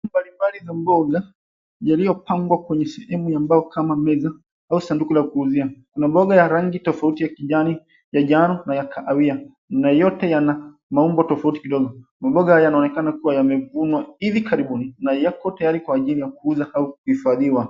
Mbalimbali za mboga zilizopangwa kwenye sehemu ya mbao kama meza au sanduku la kuuzia. Kuna mboga ya rangi tofauti ya kijani, ya njano na ya kahawia. Na yote yana maumbo tofauti kidogo. Mboga yanaonekana kuwa yamevunwa hivi karibuni na yako tayari kwa ajili ya kuuza au kuhifadhiwa.